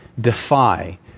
defy